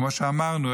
כמו שאמרנו,